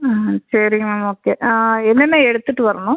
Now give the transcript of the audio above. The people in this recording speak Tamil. ம் சரி மேம் ஓகே என்னென்ன எடுத்துகிட்டு வரணும்